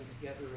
together